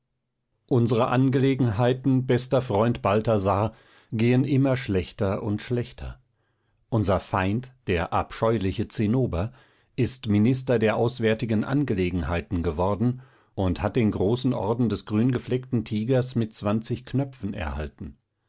unsere angelegenheiten bester freund balthasar gehen immer schlechter und schlechter unser feind der abscheuliche zinnober ist minister der auswärtigen angelegenheiten geworden und hat den großen orden des grüngefleckten tigers mit zwanzig knöpfen erhalten